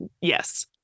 yes